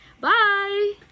bye